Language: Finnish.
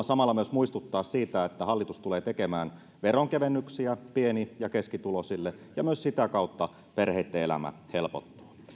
samalla myös muistuttaa siitä että hallitus tulee tekemään veronkevennyksiä pieni ja keskituloisille ja myös sitä kautta perheitten elämä helpottuu